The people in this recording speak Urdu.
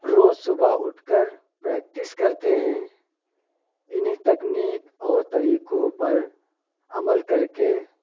روز صبح اٹھ کر پریکٹس کرتے ہیں انہی تکنیک اور طریقوں پرعمل کر کے